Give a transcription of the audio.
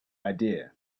idea